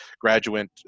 graduate